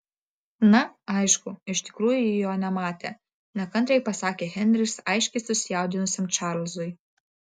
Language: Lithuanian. na aišku iš tikrųjų ji jo nematė nekantriai pasakė henris aiškiai susijaudinusiam čarlzui